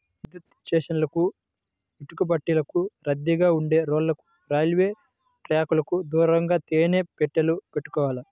విద్యుత్ స్టేషన్లకు, ఇటుకబట్టీలకు, రద్దీగా ఉండే రోడ్లకు, రైల్వే ట్రాకుకు దూరంగా తేనె పెట్టెలు పెట్టుకోవాలి